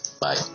bye